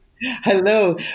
Hello